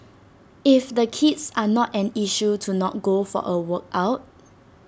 if the kids are an issue to not go for A workout